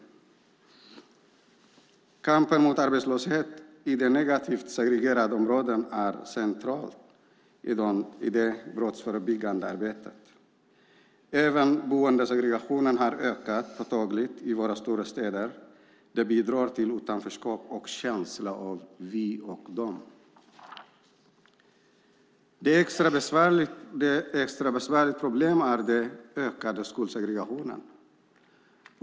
Kampen mot arbetslöshet i de negativt segregerade områdena är central i det brottsförebyggande arbetet. Även boendesegregationen har ökat påtagligt i våra stora städer. Det bidrar till utanförskap och en känsla av vi och de. Ett extra besvärligt problem är den ökade skolsegregationen.